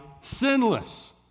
sinless